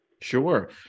Sure